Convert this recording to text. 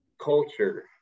culture